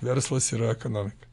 verslas yra ekonomika